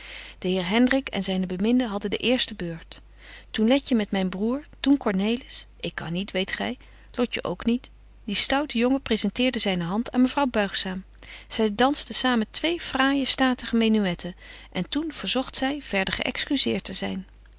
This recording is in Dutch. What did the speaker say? de heer hendrik en zyne beminde hadden de eerste beurt toen letje met myn broêr toen cornelis ik kan niet weet gy lotje ook niet die stoute jongen presenteerde zyne hand aan mevrouw buigzaam zy dansten samen twee fraaije statige menuëtten en toen verzogt zy verder geëxcuseert te zyn